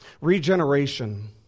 Regeneration